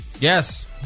yes